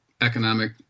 economic